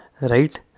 Right